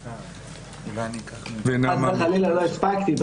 חס וחלילה לא הספקתי,